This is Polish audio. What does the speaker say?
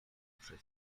przez